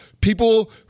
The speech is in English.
people